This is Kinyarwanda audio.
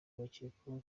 bakekwaho